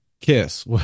Kiss